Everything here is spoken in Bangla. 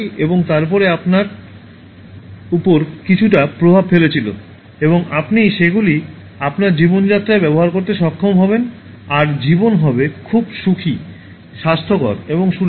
এবং তারপরে আপনার উপর কিছুটা প্রভাব ফেলেছিল এবং আপনি সেগুলি আপনার জীবনযাত্রায় ব্যবহার করতে সক্ষম হবেন আর জীবন হবে খুব সুখী স্বাস্থ্যকর এবং সুরেলা